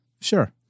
sure